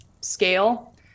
scale